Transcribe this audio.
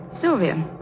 Sylvia